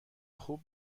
خوب